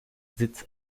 sitz